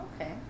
Okay